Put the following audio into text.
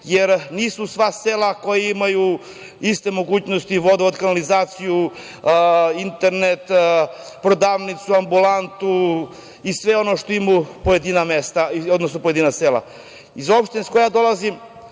jer nisu sva sela koja imaju iste mogućnosti, vodovod, kanalizaciju, internet, prodavnicu, ambulantu i sve ostalo što imaju pojedina mesta odnosno pojedina sela. Iz opštine iz koje ja dolazim